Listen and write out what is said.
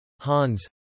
Hans